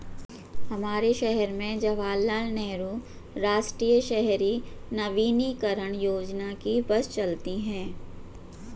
हमारे शहर में जवाहर लाल नेहरू राष्ट्रीय शहरी नवीकरण योजना की बस चलती है